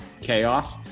chaos